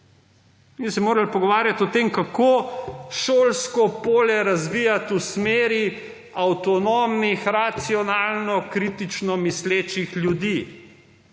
Mi bi se morali pogovarjat o tem, kako šolsko polje razvijat v smeri avtonomnih racionalno-kritično mislečih ljudi.